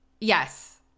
yes